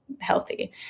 healthy